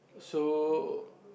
so